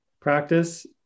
practice